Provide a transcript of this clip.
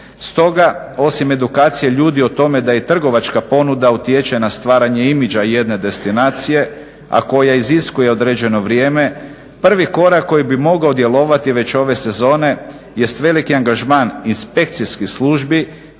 stoga osim edukacije ljudi o tome da i trgovačka ponuda utječe na stvaranje imidža jedne destinacije, a koja iziskuje određeno vrijeme prvi korak koji bi mogao djelovati već ove sezone jest veliki angažman inspekcijskih službi